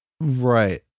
Right